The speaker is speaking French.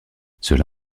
cela